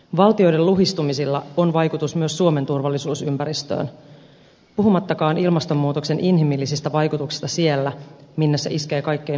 valtioiden luhistumisilla on vaikutus myös suomen turvallisuusympäristöön puhumattakaan ilmastonmuutoksen inhimillisistä vaikutuksista siellä minne se iskee kaikkein suorimmin